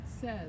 says